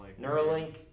Neuralink